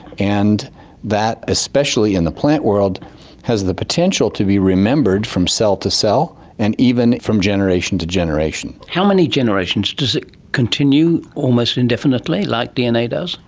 and that especially in the plant world has the potential to be remembered from cell to cell and even from generation to generation. how many generations? does it continue almost indefinitely like dna does?